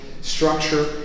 structure